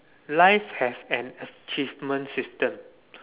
life have an achievement system